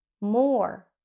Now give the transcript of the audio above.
more